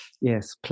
yes